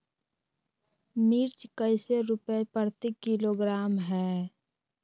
मिर्च कैसे रुपए प्रति किलोग्राम है?